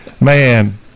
Man